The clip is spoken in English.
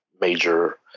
major